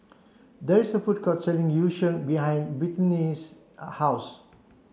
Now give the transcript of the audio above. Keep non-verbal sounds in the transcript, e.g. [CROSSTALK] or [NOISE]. there is a food court selling Yu Sheng behind Brittnay's [UNINTELLIGIBLE] house